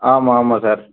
ஆமாம் ஆமாம் சார்